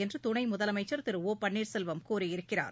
என்று துணை முதலமைச்சர் திரு ஓ பன்னீர்செல்வம் கூறியிருக்கிறார்